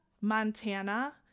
Montana